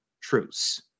truce